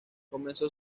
comenzó